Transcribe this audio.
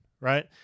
right